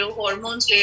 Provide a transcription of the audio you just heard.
hormones